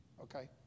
Okay